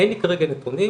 אין לי כרגע נתונים,